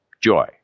joy